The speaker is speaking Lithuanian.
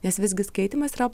nes visgi skaitymas yra